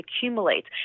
accumulates